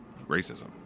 racism